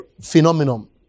phenomenon